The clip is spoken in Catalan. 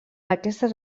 aquestes